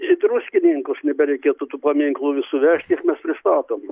į druskininkus nebereikėtų tų paminklų visų vežti kiek mes pristatom